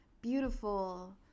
beautiful